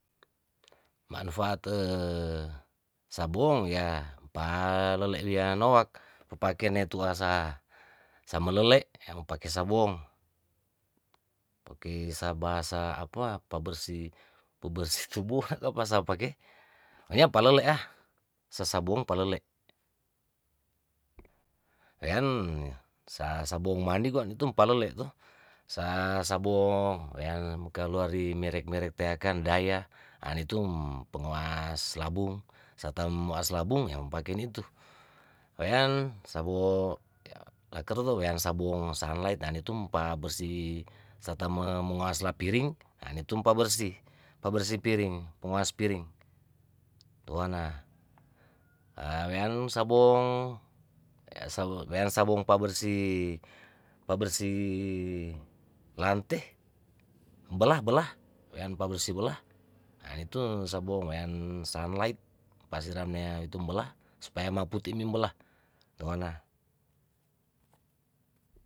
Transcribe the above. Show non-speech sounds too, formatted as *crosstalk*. Manfaat *hesitation* sabong yaa mpalela wiano wak papakene tu asa samalele' ya mapake sabong pake bahasa apa, pabersih pabersih tubua ato pasapake pokonya palele' ahh sasabong palele' wean sa sabong mandi nitumkan palele' to sa sabong yaa kaluari merek merek teakan daia anitum penguas labung satam muas labung yamopake nitu wean sabo lakerto wean sabong sunligt anitum pa bersih satamo mangoas lapiring anitum pa bersih pabersih piring panguas piring tuana awean sabong wean sabong pabersih pabersih lante *noise* belah belah wean pabersih bela anitu sabong wean sunligt pasiramnamnea itum bela supaya matupi mim bela toana.